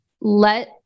let